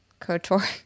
KOTOR